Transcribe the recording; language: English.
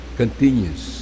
continues